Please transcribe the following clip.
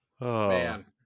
man